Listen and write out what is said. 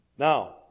Now